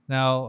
Now